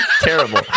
Terrible